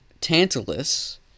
Tantalus